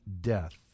death